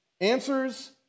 answers